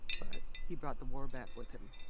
but, he brought the war back with him.